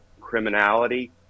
criminality